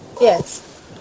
Yes